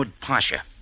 Pasha